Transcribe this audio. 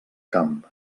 camp